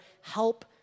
help